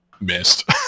missed